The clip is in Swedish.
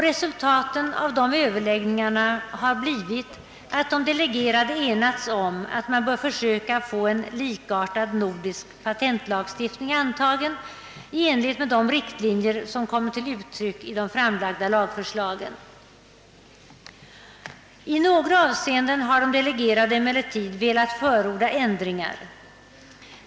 Resultatet av dessa överläggningar har blivit att de delegerade enats om att man bör försöka erhålla en likartad nordisk patentlagstiftning i enlighet med de riktlinjer som kommit till uttryck i de framlagda lagförslagen. I några avseenden har de delegerade emellertid velat förorda ändringar.